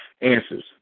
answers